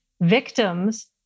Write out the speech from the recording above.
victims